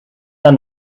aan